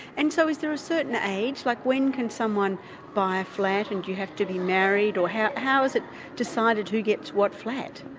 and so is there a certain age? like when can someone buy a flat, and do you have to be married, or how is it decided who gets what flat?